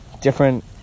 Different